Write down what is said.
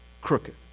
crooked